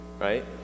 right